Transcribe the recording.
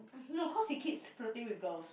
no cause he keeps flirting with girls